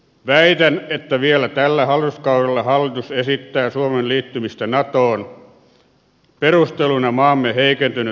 väitän että vielä tällä hallituskaudella hallitus esittää suomen liittymistä natoon perusteluna maamme heikentynyt puolustuskyky